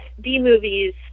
B-movies